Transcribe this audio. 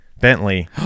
Bentley